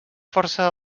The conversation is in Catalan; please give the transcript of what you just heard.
força